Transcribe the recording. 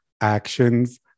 actions